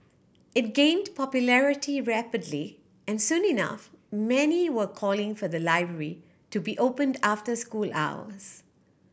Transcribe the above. it gained popularity rapidly and soon enough many were calling for the library to be opened after school hours